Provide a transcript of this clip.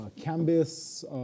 Canvas